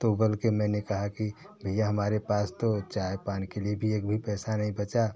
तो बल्कि मैंने कहा कि भैया हमारे पास तो चाय पानी के लिए भी एक भी पैसा नहीं बचा